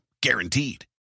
guaranteed